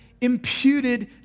imputed